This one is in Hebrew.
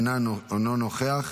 אינו נוכח.